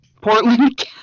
Portland